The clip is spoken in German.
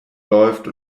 läuft